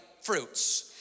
fruits